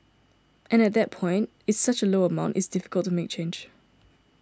and at that point it's such a low amount it's difficult to make change